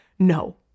No